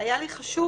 היה לי חשוב